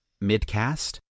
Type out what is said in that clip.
mid-cast